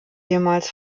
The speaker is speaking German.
ehemals